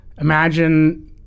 imagine